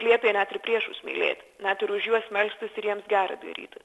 liepė net ir priešus mylėti net ir už juos melstis ir jiems gera daryti